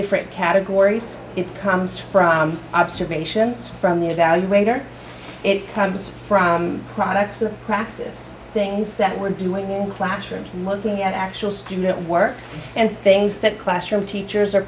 different categories it comes from observations from the evaluator it comes from products of practice things that we're doing in classrooms looking at actual student work and things that classroom